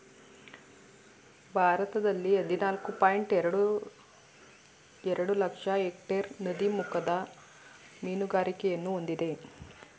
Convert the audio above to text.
ಭಾರತದಲ್ಲಿ ಹದಿನಾಲ್ಕು ಪಾಯಿಂಟ್ ಎರಡು ಎರಡು ಲಕ್ಷ ಎಕ್ಟೇರ್ ನದಿ ಮುಖಜ ಮೀನುಗಾರಿಕೆಯನ್ನು ಹೊಂದಿದೆ